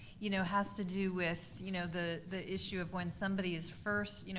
you know has to do with you know the the issue of when somebody is first,